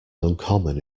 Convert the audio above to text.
uncommon